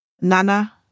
Nana